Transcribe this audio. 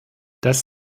das